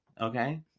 Okay